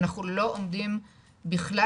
אנחנו לא עומדים בכלל,